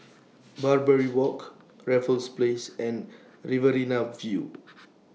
Barbary Walk Raffles Place and Riverina View